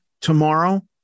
tomorrow